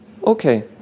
Okay